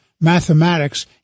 mathematics